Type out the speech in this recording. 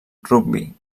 rugbi